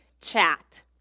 chat